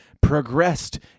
progressed